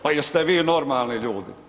Pa jeste vi normalni ljudi?